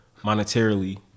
monetarily